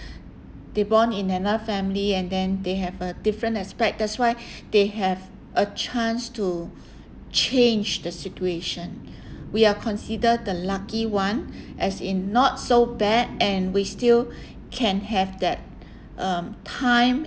they born in another family and then they have a different aspect that's why they have a chance to change the situation we are consider the lucky one as in not so bad and we still can have that um time